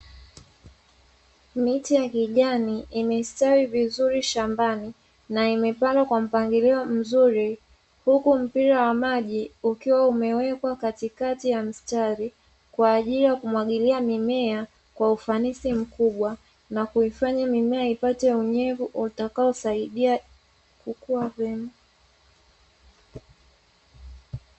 Miche ya kijani imestawi vizuri shambani na imepandwa kwa mpangilio mzuri, huku mpira wa maji ukiwa umewekwa katikati ya mstari, kwa ajili ya kumwagilia mimea kwa ufanisi mkubwa na kuifanya mimea kupata unyevu utakaosaidia kukua vyema.